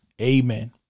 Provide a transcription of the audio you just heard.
amen